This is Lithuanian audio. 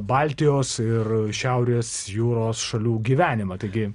baltijos ir šiaurės jūros šalių gyvenimą taigi